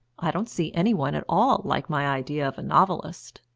i don't see any one at all like my idea of a novelist.